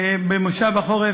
ובמושב החורף,